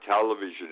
television